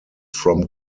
from